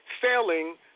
failing –